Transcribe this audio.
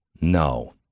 No